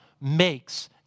makes